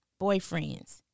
boyfriends